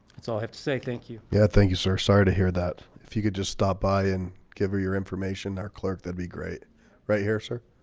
that's all i have to say. thank you. yeah. thank you, sir sorry to hear that if you could just stop by and give her your information our clerk. that'd be great right here, sir